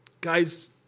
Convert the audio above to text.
Guys